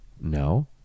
No